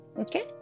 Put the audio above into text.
Okay